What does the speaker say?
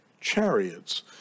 chariots